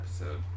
episode